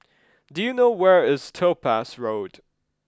do you know where is Topaz Road